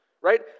right